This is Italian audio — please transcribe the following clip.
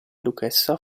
duchessa